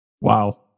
Wow